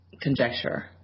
conjecture